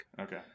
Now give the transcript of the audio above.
okay